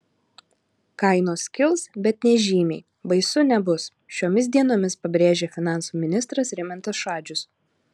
kainos kils bet nežymiai baisu nebus šiomis dienomis pabrėžė finansų ministras rimantas šadžius